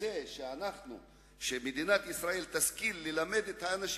בזה שמדינת ישראל תשכיל ללמד את האנשים,